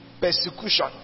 Persecution